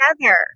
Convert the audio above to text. together